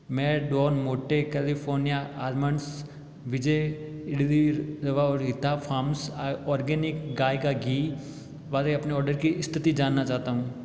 मैं Don Monte California almonds Vijay ईड़दी rava Rita farms organic गाय का घी वाले अपने ऑर्डर की स्थिति जानना चाहता हूँ